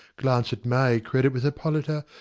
glance at my credit with hippolyta,